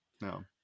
no